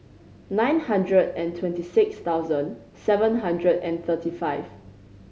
nine hundred and twenty six thousand seven hundred and thirty five